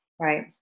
Right